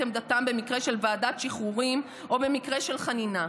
עמדתם במקרה של ועדת שחרורים או במקרה של חנינה,